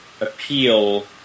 appeal